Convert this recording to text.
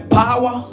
power